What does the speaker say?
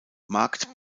markt